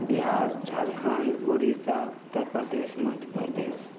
Bihar Jharkhand Orissa Uttar Pradesh Madhya Pradesh